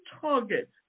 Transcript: target